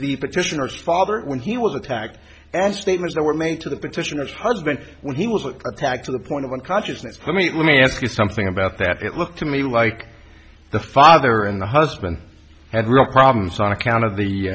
the petitioners father when he was attacked and statements that were made to the petitioners husband when he was that attack to the point of unconsciousness i mean let me ask you something about that it looked to me like the father and the husband had real problems on account of the